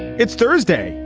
it's thursday,